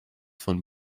von